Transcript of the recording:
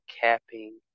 capping